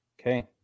Okay